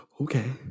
Okay